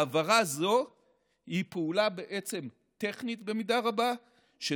העברה זו היא בעצם במידה רבה פעולה